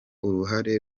uruhare